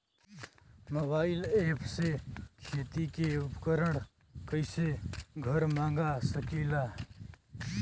Mobile ऐपसे खेती के उपकरण कइसे घर मगा सकीला?